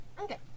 Okay